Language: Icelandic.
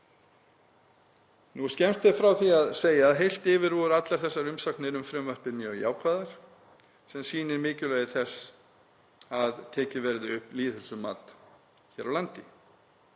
Skemmst er frá því að segja að heilt yfir voru allar þessar umsagnir um frumvarpið mjög jákvæðar, sem sýnir mikilvægi þess að tekið verði upp lýðheilsumat hér á landi.